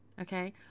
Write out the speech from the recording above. okay